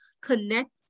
connect